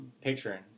picturing